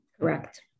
Correct